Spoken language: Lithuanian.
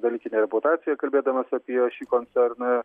dalykinę reputaciją kalbėdamas apie šį koncerną